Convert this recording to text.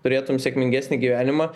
turėtum sėkmingesnį gyvenimą